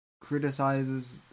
criticizes